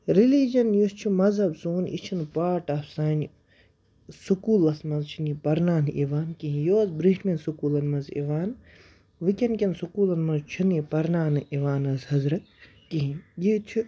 religion یُس چھِ مذہب سون یہِ چھِنہٕ پارٹ آف سانہِ سُکوٗلَس منٛز چھِنہٕ یہِ پَرناونہٕ یِوان کِہیٖنۍ یہِ اوس برٛونٛٹھمٮ۪ن سکوٗلَن منٛز یِوان وٕنۍکٮ۪ن کٮ۪ن سُکوٗلَن منٛز چھُنہٕ یہِ پَرناونہٕ یِوان حظ حضرت کِہیٖنۍ یہِ چھُ